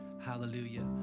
hallelujah